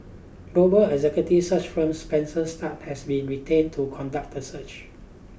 global executive search firm Spencer Stuart has been retained to conduct the search